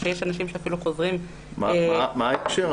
כשיש אנשים שאפילו חוזרים --- מה ההקשר?